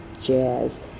jazz